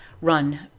run